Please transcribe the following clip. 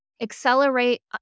accelerate